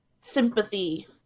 sympathy